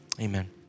Amen